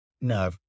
No